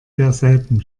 derselben